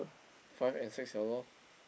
five and six [liao] lor